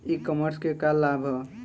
ई कॉमर्स क का लाभ ह?